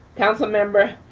council member.